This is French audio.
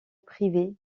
privée